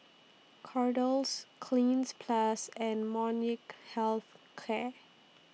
Kordel's Cleanz Plus and Molnylcke Health Care